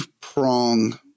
prong